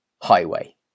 highway